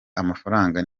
amafaranga